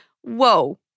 whoa